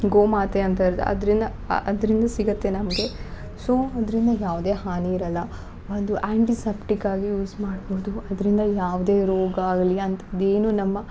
ಗೋಮಾತೆ ಅಂತ ಇರುತ್ತೆ ಅದರಿಂದ ಅದರಿಂದ ಸಿಗತ್ತೆ ನಮಗೆ ಸೋ ಅದರಿಂದ ಯಾವುದೇ ಹಾನಿ ಇರಲ್ಲ ಅದು ಆ್ಯಂಟಿಸಪ್ಟಿಕ್ ಆಗಿ ಯೂಸ್ ಮಾಡ್ಬೌದು ಅದರಿಂದ ಯಾವುದೇ ರೋಗ ಆಗ್ಲಿ ಅಂಥದ್ದು ಏನು ನಮ್ಮ